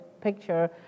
picture